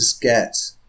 get